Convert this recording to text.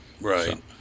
Right